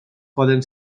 poden